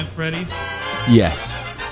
Yes